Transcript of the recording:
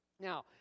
Now